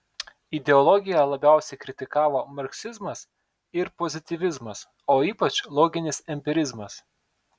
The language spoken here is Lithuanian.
ideologiją labiausiai kritikavo marksizmas ir pozityvizmas o ypač loginis empirizmas